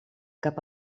cap